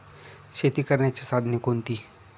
शेती करण्याची साधने कोणती?